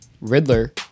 Riddler